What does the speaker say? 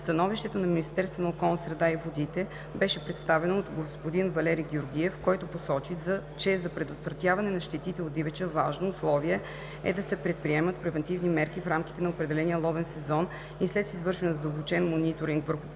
Становището на Министерството на околната среда и водите беше представено от господин Валери Георгиев, който посочи, че за предотвратяване на щетите от дивеча важно условие е да се предприемат превантивни мерки в рамките на определения ловен сезон и след извършване на задълбочен мониторинг върху